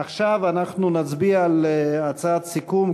עכשיו אנחנו נצביע על הצעת הסיכום,